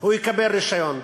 הוא יקבל רישיון.